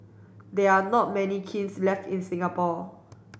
there are not many kilns left in Singapore